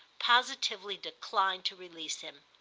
positively declined to release him.